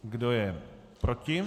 Kdo je proti?